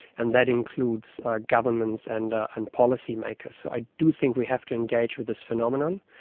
and that includes governments and and policymakers. so i do think we have to engage with this phenomenon,